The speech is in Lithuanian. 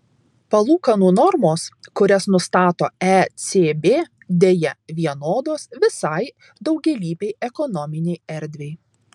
palūkanų normos kurias nustato ecb deja vienodos visai daugialypei ekonominei erdvei